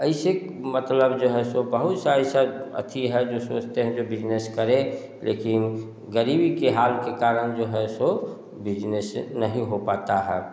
ऐसे मतलब जो हैं सो बहुत से ऐसे अती हैं जो सोचते हैं कि बिजनेस करें लेकिन घरीबी के हाल के कारण जो है सो बिजनेस नहीं हो पाता है